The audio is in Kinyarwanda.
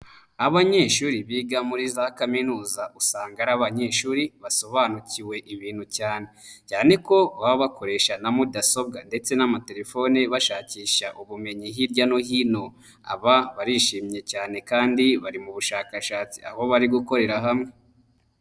Abanyeshuri biga muri za kaminuza usanga ari abanyeshuri basobanukiwe ibintu cyane cyane ko baba bakoresha na mudasobwa ndetse n'amatelefoni bashakisha ubumenyi hirya no hino. Aba barishimye cyane kandi bari mu bushakashatsi, aho bari gukorera hamwe.